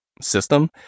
system